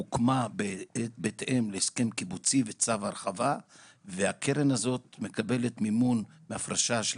הוקמה בהתאם להסכם קיבוצי וצו הרחבה והקרן הזאת מקבלת מימון מהפרשה של